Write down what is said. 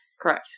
Correct